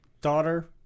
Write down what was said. daughter